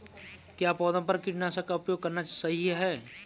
क्या पौधों पर कीटनाशक का उपयोग करना सही है?